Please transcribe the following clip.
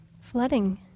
Flooding